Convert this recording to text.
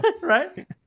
Right